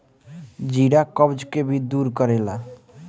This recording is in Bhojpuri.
जीरा कब्ज के भी दूर करेला